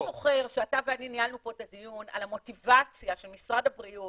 אתה זוכר שאתה ואני ניהלנו פה את הדיון על המוטיבציה של משרד הבריאות